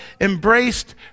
embraced